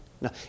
No